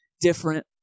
different